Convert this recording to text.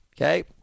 okay